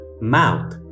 Mouth